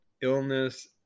illness